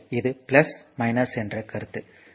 எனவே இது என்ற கருத்து